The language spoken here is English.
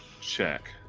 check